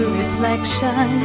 reflection